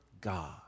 God